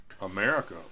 America